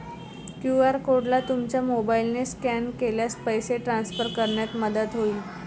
QR कोडला तुमच्या मोबाईलने स्कॅन केल्यास पैसे ट्रान्सफर करण्यात मदत होईल